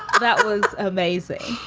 ah that was amazing.